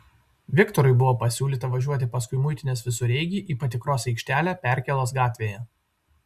viktorui buvo pasiūlyta važiuoti paskui muitinės visureigį į patikros aikštelę perkėlos gatvėje